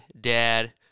dad